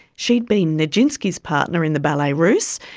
she'd been nijinsky's partner in the ballet russes,